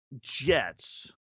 Jets